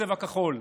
צבע כחול.